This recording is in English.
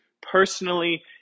personally